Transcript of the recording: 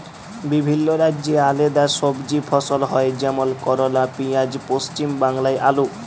বিভিল্য রাজ্যে আলেদা সবজি ফসল হ্যয় যেমল করলা, পিয়াঁজ, পশ্চিম বাংলায় আলু